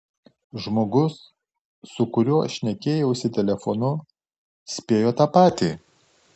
žmogus su kuriuo šnekėjausi telefonu spėjo tą patį